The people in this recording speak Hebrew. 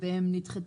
תחילה מאוחרת,